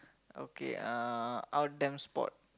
okay uh outdoor sport